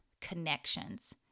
connections